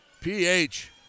PH